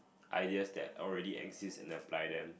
ideas that already exist and apply them